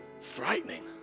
frightening